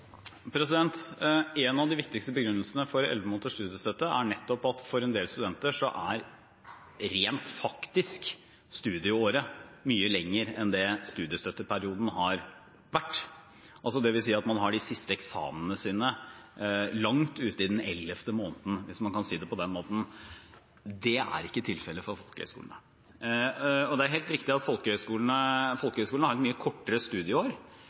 En av de viktigste begrunnelsene for elleve måneders studiestøtte er nettopp at for en del studenter er studieåret rent faktisk mye lenger enn det studiestøtteperioden har vært. Det vil si at man har de siste eksamenene langt uti den ellevte måneden, hvis man kan si det på den måten. Det er ikke tilfellet for folkehøyskolene. De har et mye kortere studieår, og det er grunnen til at jeg tidligere har